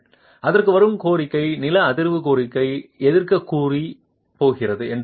அதற்கு வரும் கோரிக்கை நில அதிர்வு கோரிக்கையை எதிர்க்க கூறு போகிறது என்று சொல்லும்